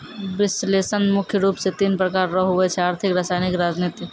विश्लेषण मुख्य रूप से तीन प्रकार रो हुवै छै आर्थिक रसायनिक राजनीतिक